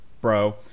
bro